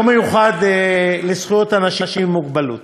יום מיוחד לזכויות אנשים עם מוגבלות.